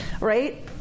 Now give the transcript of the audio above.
right